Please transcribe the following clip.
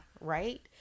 Right